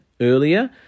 earlier